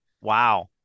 Wow